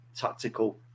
tactical